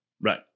Right